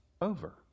over